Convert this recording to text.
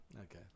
Okay